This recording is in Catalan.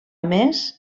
més